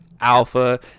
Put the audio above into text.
alpha